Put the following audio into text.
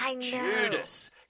Judas